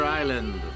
island